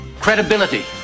Credibility